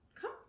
Come